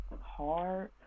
hard